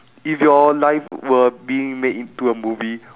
if your life were being made into a movie